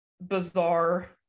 bizarre